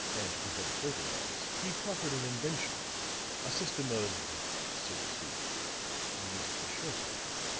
and to prevent further loss, he proffered an invention a system of so to speak musical shorthand.